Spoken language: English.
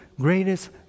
greatest